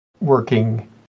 working